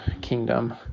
kingdom